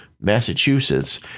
Massachusetts